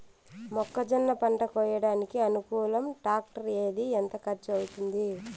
మొక్కజొన్న పంట కోయడానికి అనుకూలం టాక్టర్ ఏది? ఎంత ఖర్చు అవుతుంది?